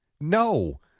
No